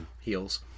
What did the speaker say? heals